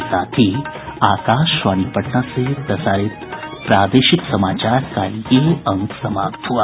इसके साथ ही आकाशवाणी पटना से प्रसारित प्रादेशिक समाचार का ये अंक समाप्त हुआ